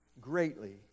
greatly